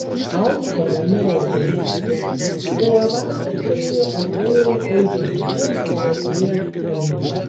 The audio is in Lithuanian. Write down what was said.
alfa romeo automobilis po avarijos stovėjo antrojoje eismo juostoje prieš eismą